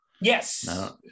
Yes